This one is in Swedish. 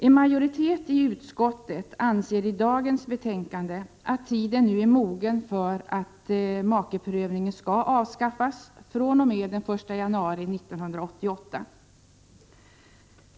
En majoritet i utskottet anser, vilket framgår av dagens betänkande, att tiden nu är mogen för att äktamakeprövningen skall avskaffas, vilket sker fr.o.m. den 1 januari 1988.